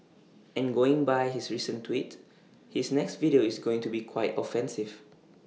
and going by his recent tweet his next video is going to be quite offensive